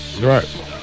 Right